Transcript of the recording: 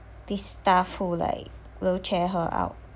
this staff who like wheelchair her out